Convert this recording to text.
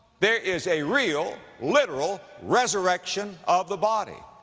there is a real, literal resurrection of the body.